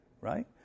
right